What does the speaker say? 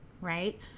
right